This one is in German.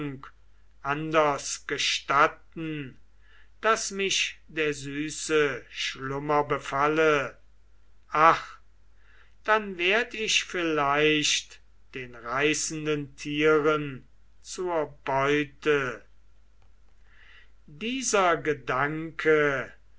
anders gestatten daß mich der süße schlummer befalle ach dann werd ich vielleicht den reißenden tieren zur beute dieser gedanke